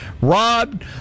Rob